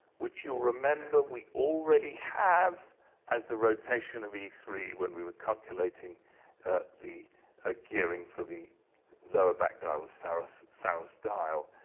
which you'll remember we already have as the rotation of e three when we were calculating the ah gearing for the lower back dial of saros saros dial.